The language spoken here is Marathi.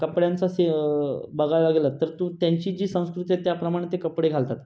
कपड्यांचा से बघायला गेलात तर तो त्यांची जी संस्कृती आहे त्याप्रमाणे ते कपडे घालतात